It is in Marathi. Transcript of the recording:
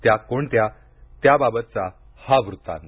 त्या कोणत्या त्याबाबतचा हा वृत्तांत